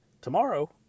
tomorrow